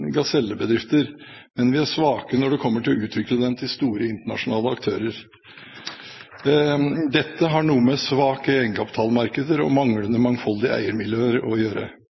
gasellebedrifter, men vi er svake når det kommer til å utvikle dem til store, internasjonale aktører. Dette har noe med svake egenkapitalmarkeder og manglende mangfoldige eiermiljøer å gjøre.